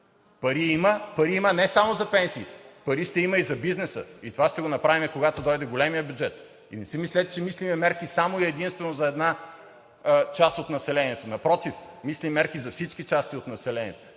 Пари има, пари има не само за пенсиите, пари ще има и за бизнеса. И това ще го направим, когато дойде големият бюджет. Не си мислете, че мислим мерки само и единствено за една част от населението. Напротив, мислим мерки за всички части от населението.